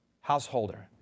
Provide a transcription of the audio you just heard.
householder